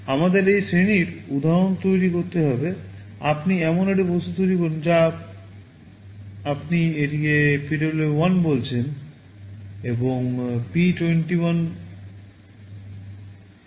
আমাদের এই শ্রেণীর উদাহরণ তৈরি করতে হবে আপনি এমন একটি বস্তু তৈরি করেন যা আপনি এটিকে PWM 1 বলেছেন এবং P 21 পিন